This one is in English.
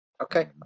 Okay